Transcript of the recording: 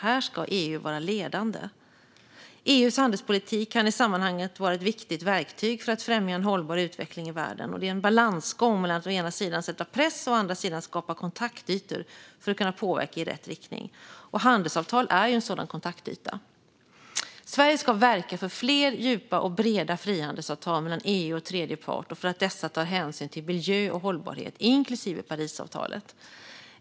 Här ska EU vara ledande. EU:s handelspolitik kan i sammanhanget vara ett viktigt verktyg för att främja en hållbar utveckling i världen. Det är en balansgång mellan att å ena sidan sätta press och å andra sidan skapa kontaktytor för att kunna påverka i rätt riktning. Handelsavtal är en sådan kontaktyta. Sverige ska verka för fler djupa och breda frihandelsavtal mellan EU och tredje part och för att dessa tar hänsyn till miljö och hållbarhet, inklusive Parisavtalet.